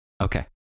Okay